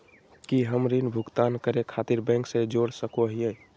की हम ऋण भुगतान करे खातिर बैंक से जोड़ सको हियै?